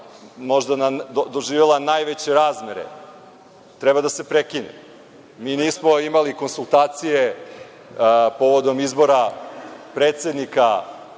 možda doživela najveće razmere, treba da se prekine. Mi nismo imali konsultacije povodom izbora predsednika